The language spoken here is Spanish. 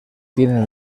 tienen